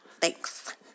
Thanks